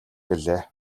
гэлээ